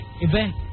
event